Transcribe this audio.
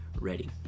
ready